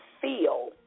feel